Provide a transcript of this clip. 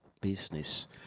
business